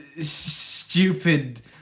stupid